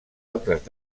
altres